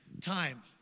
time